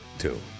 Two